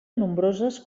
nombroses